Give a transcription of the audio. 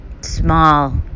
small